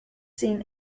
seen